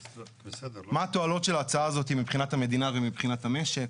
מה התועלות של ההצעה הזאת מבחינת המדינה ומבחינת המשק?